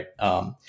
right